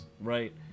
right